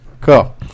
cool